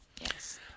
Yes